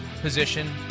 position